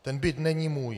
Ten byt není můj.